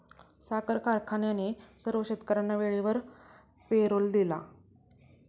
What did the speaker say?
साखर कारखान्याने सर्व शेतकर्यांना वेळेवर पेरोल दिला